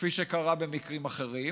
כפי שקרה במקרים אחרים.